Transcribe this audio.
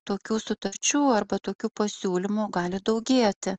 tokių sutarčių arba tokių pasiūlymų gali daugėti